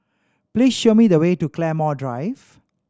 please show me the way to Claymore Drive